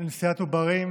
לנשיאת עוברים,